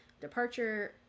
departure